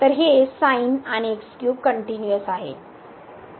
तर हे आणि कनट्युनिअस आहे